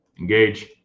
Engage